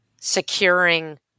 securing